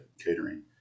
Catering